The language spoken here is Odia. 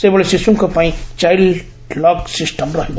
ସେହିଭଳି ଶିଶୁଙ୍କ ପାଇଁ ଚାଇଲ୍ଡ୍ ଲକ୍ ସିଷ୍ଟମ୍ ରହିବ